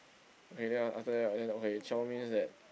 okay then after that right okay chiong means that